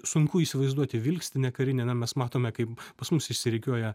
sunku įsivaizduoti vilkstinę karinę na mes matome kaip pas mus išsirikiuoja